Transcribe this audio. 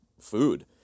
food